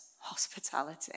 hospitality